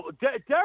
Derek